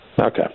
Okay